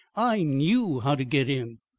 i knew how to get in.